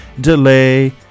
Delay